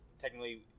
technically